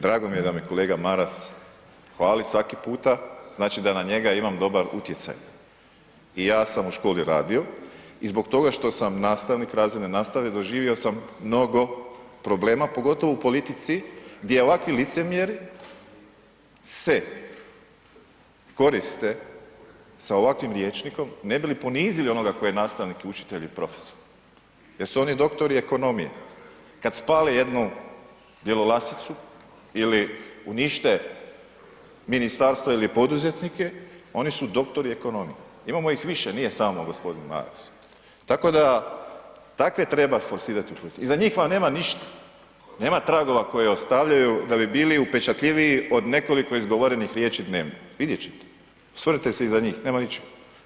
Drago mi je da me kolega Maras hvali svaki puta, znači da na njega imam dobar utjecaj i ja sam u školi radio i zbog toga što sam nastavnik razredne nastave doživio sam mnogo problema pogotovo u politici gdje ovakvi licemjeri se koriste sa ovakvim rječnikom ne bi li ponizili onoga tko je nastavnik i učitelj i profesor jer su oni doktori ekonomije, kad spali jednu Bjelolasicu ili unište ministarstvo ili poduzetnike, oni su doktori ekonomije, imamo ih više, nije samo g. Maras, tako da takve treba forsirat … [[Govornik se ne razumije]] iza njih vam nema ništa, nema tragova koje ostavljaju da bi bili upečatljiviji od nekoliko izgovorenih riječi dnevno, vidjet ćete, osvrnite se iza njih, nema ničeg.